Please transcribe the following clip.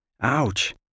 ouch